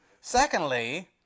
Secondly